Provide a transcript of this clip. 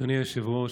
אדוני היושב-ראש,